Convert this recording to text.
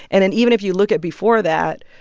and and even if you look at before that,